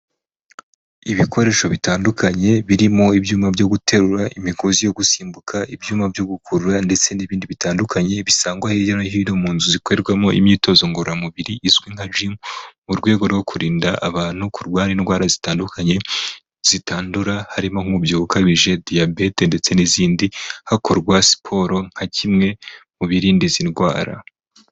Ibikoresho bitandukanye, birimo ibyuyuma byo guterura, imigozi yo gusimbuka, ibyuma byo gukurura ndetse n'ibindi bitandukanye, bisangwa hirya no hino mu nzu zikorerwamo imyitozo ngororamubiri izwi nka jimu, mu rwego rwo kurinda abantu kurwara indwara zitandukanye zitandura, harimo nk'umubyiho ukabije, diyabete ndetse n'izindi, hakorwa siporo nka kimwe mu birinda izi ndwara.